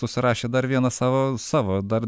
susirašė dar vieną savo savo dar